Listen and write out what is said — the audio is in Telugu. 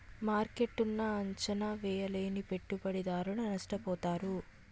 మార్కెట్ను అంచనా వేయలేని పెట్టుబడిదారులు నష్టపోతారు